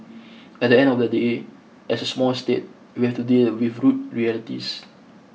at the end of the day as a small state we have to deal with rude realities